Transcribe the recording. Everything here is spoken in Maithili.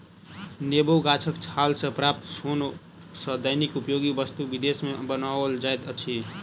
नेबो गाछक छाल सॅ प्राप्त सोन सॅ दैनिक उपयोगी वस्तु विदेश मे बनाओल जाइत अछि